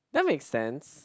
that make sense